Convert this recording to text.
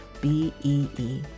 B-E-E